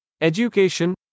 education